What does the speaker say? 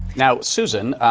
now, susan,